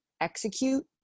execute